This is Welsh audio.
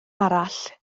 arall